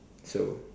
so